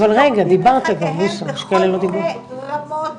שיורדים לחייהם בכל מיני רמות